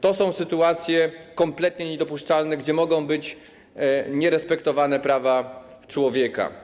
To są sytuacje kompletnie niedopuszczalne, w których mogą być nierespektowane prawa człowieka.